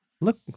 Look